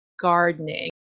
gardening